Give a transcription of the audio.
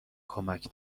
کمک